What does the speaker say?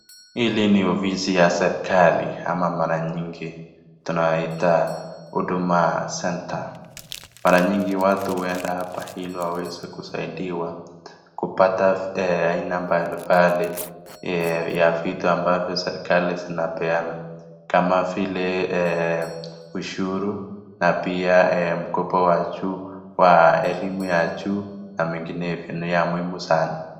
Hili ni ofisi ya serekali, ama maranyingi tunaita huduma center , maranyingi watu uenda hapa ili waweze kusaidiwa kupata aina mbali mbali yavitu ambavyo serekali zinapeana kama vile, ushuru na pia mkopo wa juu wa elimu ya juu na menginevyo ni ya muhimu sana.